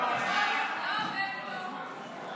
אנחנו עוברים להצבעה.